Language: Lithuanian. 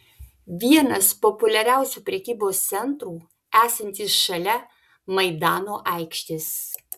vienas populiariausių prekybos centrų esantis šalia maidano aikštės